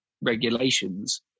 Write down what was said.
regulations